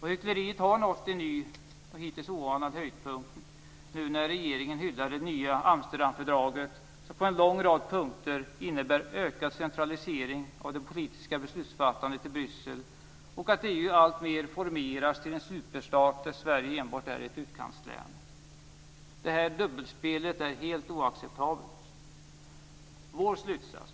Hyckleriet har nått en ny och hittills oanad höjdpunkt när regeringen nu hyllar det nya Amsterdamfördraget som på en lång rad punkter innebär en ökad centralisering av det politiska beslutsfattandet i Bryssel och att EU alltmer formeras till en superstat där Sverige enbart är ett utkantslän. Det här dubbelspelet är helt oacceptabelt.